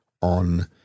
on